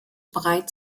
bereit